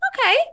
Okay